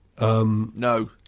No